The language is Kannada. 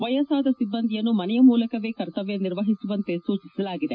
ವಯಸ್ಸಾದ ಸಿಬ್ಲಂದಿಯನ್ನು ಮನೆಯ ಮೂಲಕವೇ ಕರ್ತವ್ಲ ನಿರ್ವಹಿಸುವಂತೆ ಸೂಚಿಸಲಾಗಿದೆ